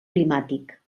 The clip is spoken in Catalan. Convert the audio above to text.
climàtic